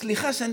סליחה שאני